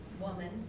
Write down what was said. Woman